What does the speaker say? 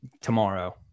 tomorrow